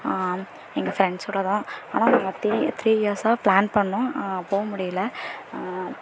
எங்கள் ஃப்ரெண்ட்ஸோடு தான் ஆனால் நாங்கள் த்ரீ த்ரீ இயர்ஸாக பிளான் பண்ணிணோம் போக முடியல